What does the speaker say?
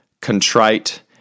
contrite